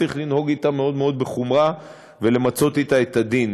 צריך לנהוג אתה מאוד מאוד בחומרה ולמצות אתה את הדין.